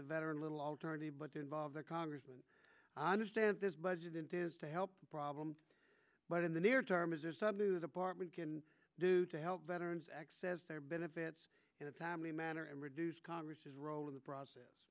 the veteran little alternative but to involve the congress and i understand this budget is to help the problem but in the near term some new department can do to help veterans access their benefits in a timely manner and reduce congress role in the process